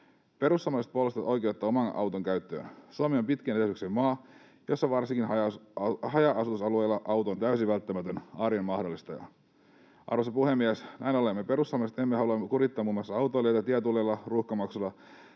Perussuomalaiset puolustavat oikeutta oman auton käyttöön. Suomi on pit-kien etäisyyksien maa, jossa varsinkin haja-asutusalueilla auto on täysin välttämätön arjen mahdollistaja. Arvoisa puhemies! Näin ollen me perussuomalaiset emme halua kurittaa muun muassa autoilijoita tietulleilla, ruuhkamaksuilla